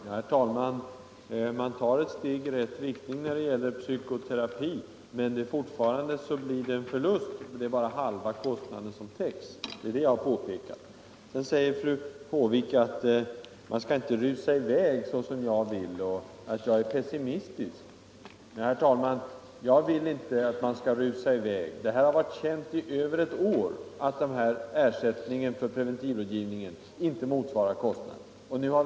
Herr talman! Man tar ett steg i rätt riktning när det gäller psykoterapi, men fortfarande blir det en förlust. Det är bara halva kostnaden som täcks. Det är det jag har påpekat. Sedan säger fru Håvik att man inte skall rusa i väg såsom jag vill, och att jag är pessimistisk. Men, herr talman, jag vill inte att man skall rusa i väg. Det har varit känt i över ett år att ersättningen för preventivrådgivningen inte motsvarar kostnaderna.